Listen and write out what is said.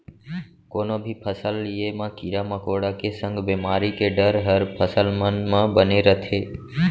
कोनो भी फसल लिये म कीरा मकोड़ा के संग बेमारी के डर हर फसल मन म बने रथे